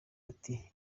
ati